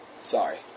Sorry